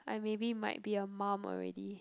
I maybe might be a mum already